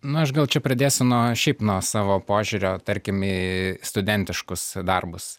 na aš gal čia pradėsiu nuo šiaip nuo savo požiūrio tarkim į studentiškus darbus